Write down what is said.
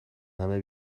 همه